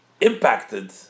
impacted